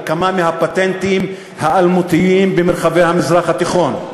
על כמה מהפטנטים האלמותיים במרחבי המזרח התיכון: